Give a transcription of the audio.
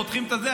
פותחים את זה,